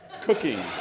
cooking